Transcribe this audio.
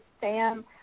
Sam